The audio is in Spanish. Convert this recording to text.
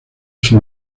sus